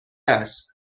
است